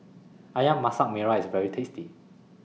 Ayam Masak Merah IS very tasty